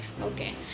Okay